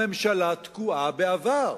הממשלה תקועה בעבר.